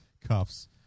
cuffs